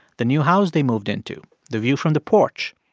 the new house they moved into, the view from the porch.